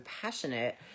passionate